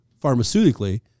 pharmaceutically